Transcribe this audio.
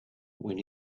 when